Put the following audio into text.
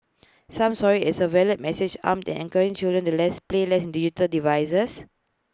some saw IT as A veiled message aimed at encouraging children to play less digital devices